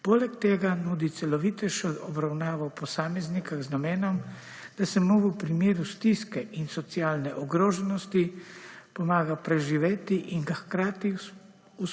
Poleg tega nudi celovitejšo obravnavo posameznika z namenom, da se v primeru stiske in socialne ogroženosti pomaga preživeti in ga hkrati usposobiti